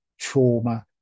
trauma